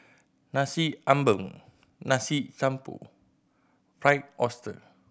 Nasi Ambeng Nasi Campur Fried Oyster